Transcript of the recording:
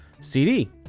CD